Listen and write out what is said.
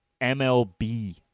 MLB